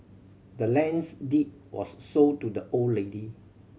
the land's deed was sold to the old lady